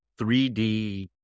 3D